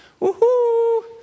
Woohoo